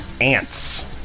Ants